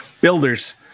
builders